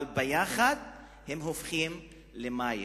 אבל ביחד הם הופכים למים.